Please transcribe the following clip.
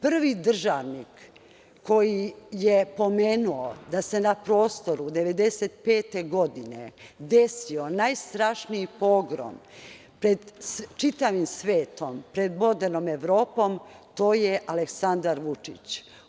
Prvi državnik koji je pomenuo da se na prostoru 1995. godine desio najstrašniji pogrom pred čitavim svetom, pred modernom Evropom, to je Aleksandar Vučić.